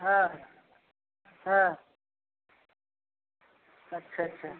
हाँ हाँ अच्छा अच्छा